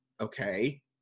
Okay